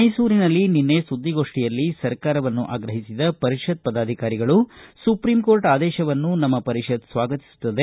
ಮೈಸೂರಿನಲ್ಲಿ ನಿನ್ನೆ ಸುದ್ದಿಗೋಷ್ಠಿಯಲ್ಲಿ ಸರ್ಕಾರವನ್ನು ಆಗ್ರಹಿಸಿದ ಪರಿಷತ್ ಪದಾಧಿಕಾರಿಗಳು ಸುಪ್ರೀಂ ಕೋರ್ಟ್ ಆದೇಶವನ್ನು ಪರಿಷತ್ ಸ್ವಾಗತಿಸುತ್ತೆ